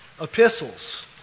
Epistles